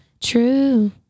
True